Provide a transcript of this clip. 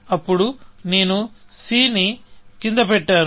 అప్పుడు నేను c ని కింద పెట్టాను